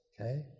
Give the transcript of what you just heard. Okay